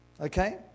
Okay